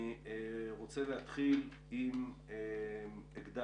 אני רוצה להתחיל עם "אגדל",